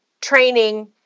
training